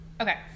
Okay